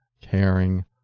caring